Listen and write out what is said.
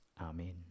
Amen